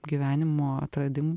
gyvenimo atradimų